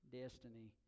destiny